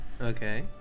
Okay